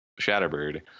Shatterbird